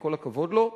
וכל הכבוד לו.